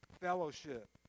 Fellowship